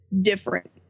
different